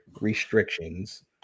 restrictions